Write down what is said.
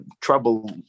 trouble